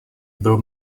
byl